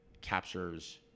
captures